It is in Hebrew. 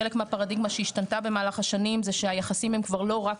חלק מהפרדיגמה שהשתנתה במהלך השנים זה שהיחסים הם לא רק